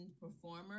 performer